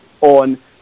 on